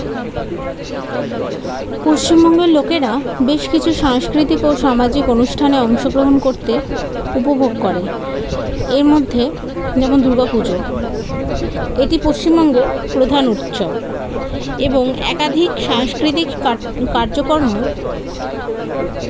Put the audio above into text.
পশ্চিমবঙ্গের লোকেরা বেশ কিছু সাংস্কৃতিক ও সামাজিক অনুষ্ঠানে অংশগ্রহণ করতে উপভোগ করে এর মধ্যে যেমন দুর্গা পুজো এটি পশ্চিমবঙ্গের প্রধান উৎসব এবং একাধিক সাংস্কৃতিক কা কার্যক্রম